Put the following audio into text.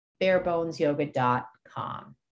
barebonesyoga.com